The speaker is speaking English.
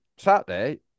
Saturday